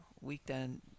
weekend